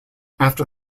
after